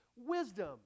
wisdom